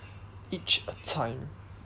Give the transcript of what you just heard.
each a time